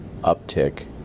uptick